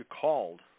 called